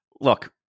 look